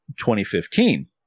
2015